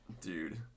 Dude